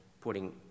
putting